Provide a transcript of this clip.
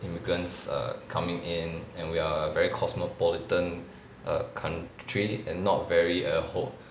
immigrants err coming in and we are a very cosmopolitan err country and not very err ho~